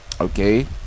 Okay